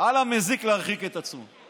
על המזיק להרחיק את עצמו.